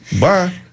Bye